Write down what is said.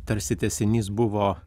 tarsi tęsinys buvo